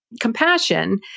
compassion